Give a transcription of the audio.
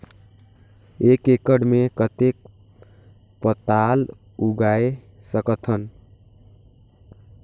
एक एकड़ मे कतेक पताल उगाय सकथव?